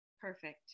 perfect